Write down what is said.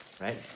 right